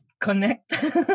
connect